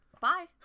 Bye